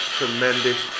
tremendous